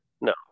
No